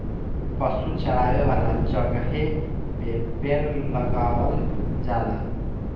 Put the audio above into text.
पशु चरावे वाला जगहे पे पेड़ लगावल जाला